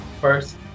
First